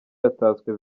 yatatswe